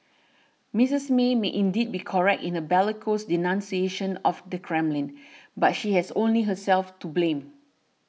Misters May might indeed be correct in her bellicose denunciation of the Kremlin but she has only herself to blame